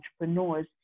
entrepreneurs